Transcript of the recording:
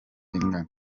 ingana